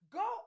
go